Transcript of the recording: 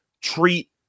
treat